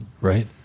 Right